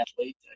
athlete